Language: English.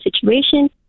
situation